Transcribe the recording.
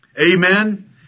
Amen